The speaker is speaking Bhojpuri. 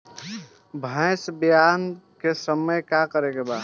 भैंस ब्यान के समय का करेके बा?